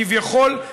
כביכול,